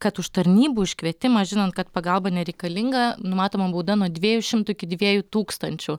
kad už tarnybų iškvietimą žinant kad pagalba nereikalinga numatoma bauda nuo dviejų šimtų iki dviejų tūkstančių